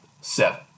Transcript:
seven